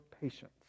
patience